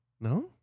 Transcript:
no